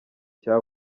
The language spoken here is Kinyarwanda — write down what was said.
cya